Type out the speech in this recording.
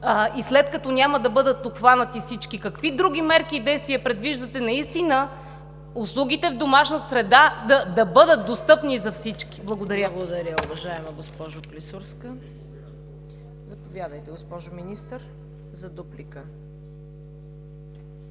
и след като няма да бъдат обхванати всички, какви други мерки и действия предвиждате услугите в домашна среда да бъдат достъпни за всички? Благодаря. ПРЕДСЕДАТЕЛ ЦВЕТА КАРАЯНЧЕВА: Благодаря, уважаема госпожо Клисурска. Заповядайте, госпожо Министър, за дуплика.